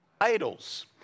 idols